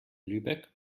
lübeck